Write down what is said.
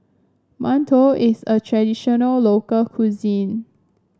mantou is a traditional local cuisine